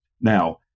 Now